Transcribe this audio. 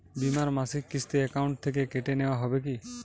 বিমার মাসিক কিস্তি অ্যাকাউন্ট থেকে কেটে নেওয়া হবে কি?